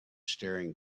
staring